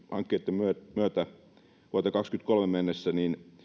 hankkeitten myötä vuoteen kaksituhattakaksikymmentäkolme mennessä